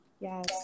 Yes